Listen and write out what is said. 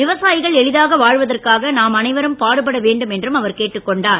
விவசாயிகள் எளிதாக வாழ்வதற்காக நாம் அனைவரும் பாடுபட வேண்டும் என்று கேட்டுக் கொண்டார்